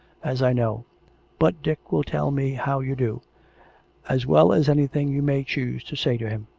as i know but dick will tell me how you do as well as anything you may choose to say to him.